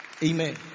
Amen